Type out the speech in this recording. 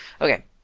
Okay